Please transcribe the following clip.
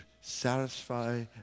satisfy